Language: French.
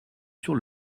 sur